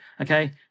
Okay